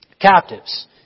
captives